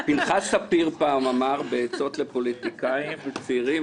פנחס ספיר פעם אמר בעצות לפוליטיקאים וצעירים,